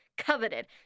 coveted